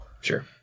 Sure